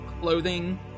clothing